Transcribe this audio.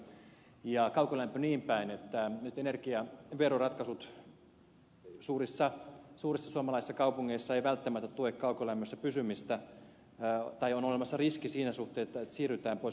toinen on kaukolämpö ja kaukolämpö niin päin että nyt energiaveroratkaisut suurissa suomalaisissa kaupungeissa eivät välttämättä tue kaukolämmössä pysymistä tai on olemassa riski siinä suhteessa että siirrytään pois kaukolämmöstä